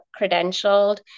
credentialed